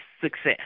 success